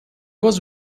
was